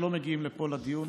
שלא מגיעים לפה לדיון